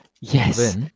Yes